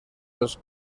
dels